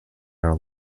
are